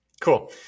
Cool